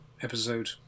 episode